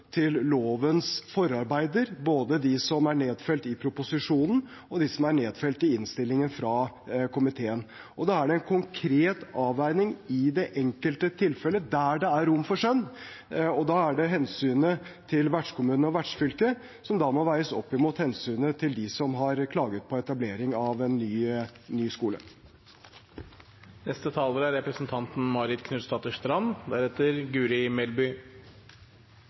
til loven, til lovens forarbeider, både de som er nedfelt i proposisjonen, og de som er nedfelt i innstillingen fra komiteen. Det er en konkret avveining i det enkelte tilfellet der det er rom for skjønn, og det er hensynet til vertskommunen og vertsfylket som må veies opp mot hensynet til dem som har klaget på etableringen av en ny skole. For meg nå er